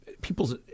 people's